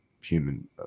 human